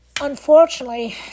Unfortunately